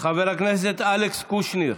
חבר הכנסת אלכס קושניר,